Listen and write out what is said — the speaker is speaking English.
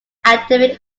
academic